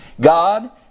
God